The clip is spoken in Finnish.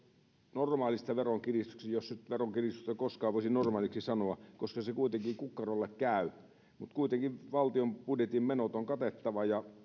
normaalista veronkiristyksestä jos nyt veronkiristystä koskaan voisi normaaliksi sanoa koska se kuitenkin kukkarolle käy kuitenkin valtion budjetin menot on katettava ja